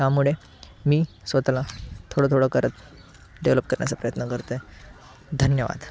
त्यामुळे मी स्वतःला थोडंथोडं करत डेव्हलप करण्याचा प्रयत्न करतो आहे धन्यवाद